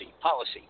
policy